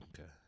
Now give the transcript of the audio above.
Okay